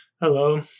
hello